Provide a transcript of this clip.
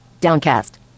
Downcast